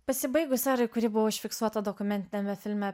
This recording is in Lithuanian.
pasibaigus erai kuri buvo užfiksuota dokumentiniame filme